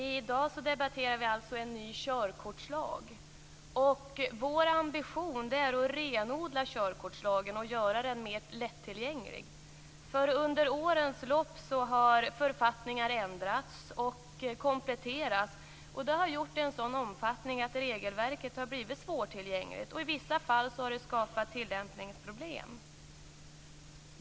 Fru talman! I dag debatterar vi alltså en ny körkortslag. Vår ambition är att renodla körkortslagen och göra den mer lättillgänglig. Under årens lopp har författningar ändrats och kompletterats. Det har gjorts i en sådan omfattning att regelverket har blivit svårtillgängligt. Och i vissa fall har det skapat tillämpningsproblem.